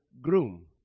groom